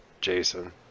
Jason